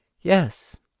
yes